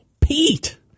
Pete